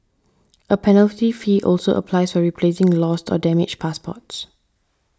a penalty fee also applies for replacing lost or damaged passports